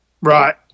Right